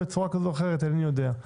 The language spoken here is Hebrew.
איני יודע.